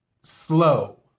slow